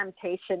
temptation